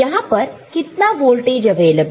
तो यहां पर कितना वोल्टेज अवेलेबल है